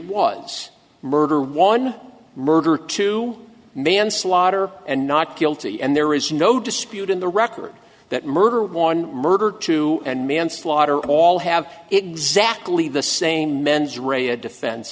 was murder one murder to manslaughter and not guilty and there is no dispute in the record that murder one murder two and manslaughter all have exactly the same mens rea a defense